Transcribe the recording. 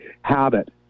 habit